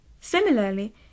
Similarly